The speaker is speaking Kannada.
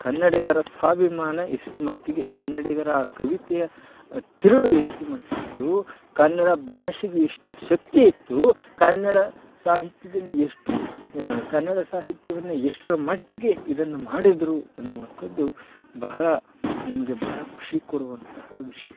ಕನ್ನಡಿಗರ ಸ್ವಾಭಿಮಾನ ಎಷ್ಟು ಮಟ್ಟಿಗೆ ಕನ್ನಡಿಗರ ಆ ಕವಿತೆಯ ತಿರುಳು ಎಷ್ಟ್ರ ಮಟ್ಗಿತ್ತು ಕನ್ನಡ ಭಾಷೆಗೆ ಎಷ್ಟು ಶಕ್ತಿ ಇತ್ತು ಕನ್ನಡ ಸಾಹಿತ್ಯದಲ್ಲಿ ಎಷ್ಟು ಕನ್ನಡ ಸಾಹಿತ್ಯವನ್ನು ಎಷ್ಟರ ಮಟ್ಟಿಗೆ ಇದನ್ನು ಮಾಡಿದರು ಅನ್ನುವಂತದ್ದು ಬಹಳ ನಮಗೆ ಬಹಳ ಖುಷಿ ಕೊಡುವಂತಹ ವಿಷಯ